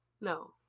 no